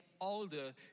older